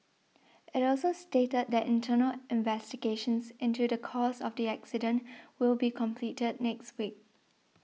it also stated that internal investigations into the cause of the accident will be completed next week